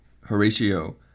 Horatio